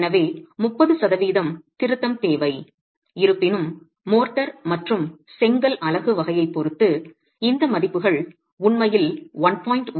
எனவே 30 சதவீதம் திருத்தம் தேவை இருப்பினும் மோர்ட்டார் மற்றும் செங்கல் அலகு வகையைப் பொறுத்து இந்த மதிப்புகள் உண்மையில் 1